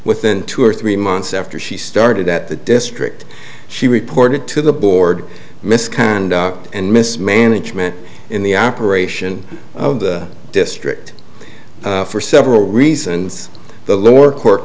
within two or three months after she started at the district she reported to the board misconduct and mismanagement in the operation of the district for several reasons the lower court